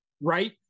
right